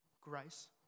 grace